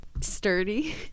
sturdy